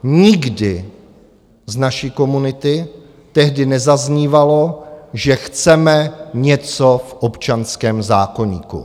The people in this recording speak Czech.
Nikdy z naší komunity tehdy nezaznívalo, že chceme něco v občanském zákoníku.